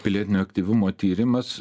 pilietinio aktyvumo tyrimas